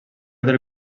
del